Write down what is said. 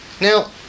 Now